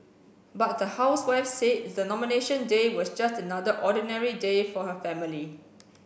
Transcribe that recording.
but the housewife said the Nomination Day was just another ordinary day for her family